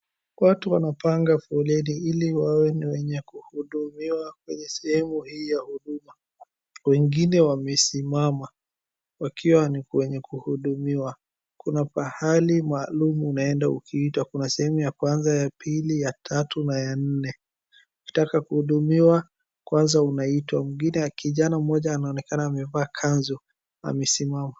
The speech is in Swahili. Watu wanapanga foleni ili wawe ni wenye kuhudumiwa kwenye sehemu hii ya huduma, wengine wamesimama wakiwa ni kwenye kuhudumiwa kuna pahali maalum unaenda ukiitwa. Kuna sehemu ya kwanza, ya pili ,ya tatu na ya nne. Ukitaka kuhidumiwa kwanza unaitwa mwingine kijana mmoja anaonekana amevaa kanzu amesimama.